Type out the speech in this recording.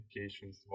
applications